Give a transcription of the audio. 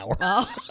hours